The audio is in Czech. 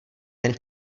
ten